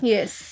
Yes